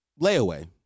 layaway